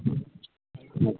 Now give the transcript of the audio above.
अ